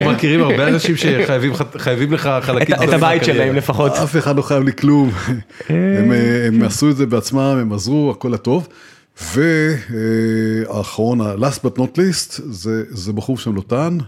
מכירים הרבה אנשים שחייבים לך חלקים, את הבית שלהם לפחות. אף אחד לא חייב לי כלום, הם עשו את זה בעצמם, הם עזרו, הכול הטוב. והאחרון, ה-last but not least, זה בחור שהוא לוטן.